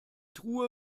truhe